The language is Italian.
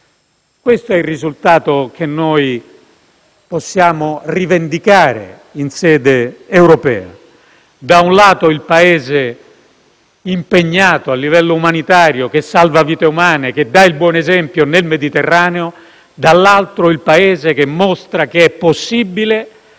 Questo è il risultato che possiamo rivendicare in sede europea: da un lato siamo il Paese impegnato a livello umanitario, che salva vite umane e dà il buon esempio nel Mediterraneo e, dall'altro, siamo il Paese che mostra che è possibile